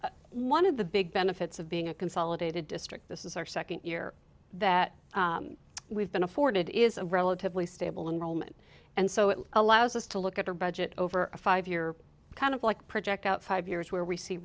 so one of the big benefits of being a consolidated district this is our second year that we've been afforded is relatively stable and roman and so it allows us to look at our budget over a five year kind of like project out five years where we see